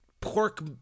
pork